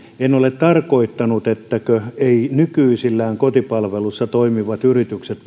en ole tarkoittanut etteivätkö nykyisillään kotipalvelussa toimivat yritykset